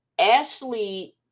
Ashley